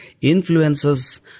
influences